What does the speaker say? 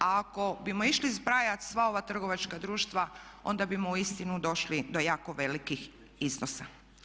A ako bismo išli zbrajati sva ova trgovačka društva onda bismo uistinu došli do jako velikih iznosa.